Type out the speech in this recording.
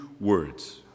words